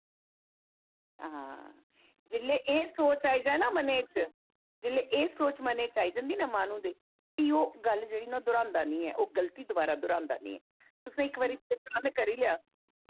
हां जेल्लै एह् सोच आई जा ना मनै च जेल्लै एह् सोच मनै च आई जंदी ना माह्नू दी फ्ही ओह् गल्ल जेह्ड़ी ना दर्हांदा नेईं ऐ ओह् गल्ती दुबारा दरहांदा नेईं ऐ तुसें इक बारी जे प्रण करी लेआ